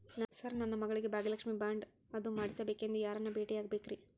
Sir ನನ್ನ ಮಗಳಿಗೆ Bhagyalakshmi bond ಅದು ಮಾಡಿಸಬೇಕೆಂದು ಯಾರನ್ನ ಭೇಟಿಯಾಗಬೇಕ್ರಿ?